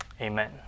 Amen